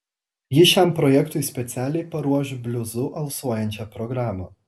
ji šiam projektui specialiai paruoš bliuzu alsuojančią programą